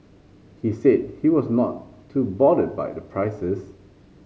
he said he was not too bothered by the prices